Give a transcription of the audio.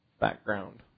background